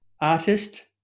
Artist